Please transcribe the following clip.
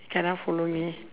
he cannot follow me